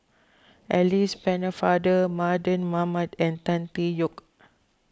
Alice Pennefather Mardan Mamat and Tan Tee Yoke